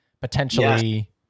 potentially